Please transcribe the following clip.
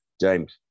James